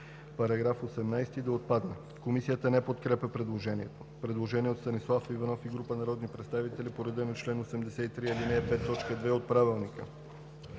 –§ 18 да отпадне. Комисията не подкрепя предложението. Предложение от Станислав Иванов и група народни представители по реда на чл. 83, ал. 5, т. 2 от Правилника